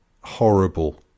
horrible